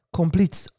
completes